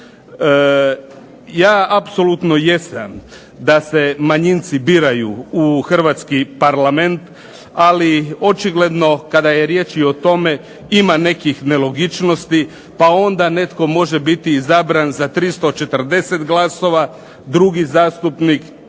Ja apsolutno jesam da se manjinci biraju u Hrvatski parlament, ali očigledno kada je riječ o tome ima nekih nelogičnosti pa onda netko može biti izabran sa 340 glasova, drugi zastupnik